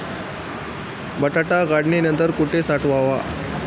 बटाटा काढणी नंतर कुठे साठवावा?